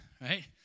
Right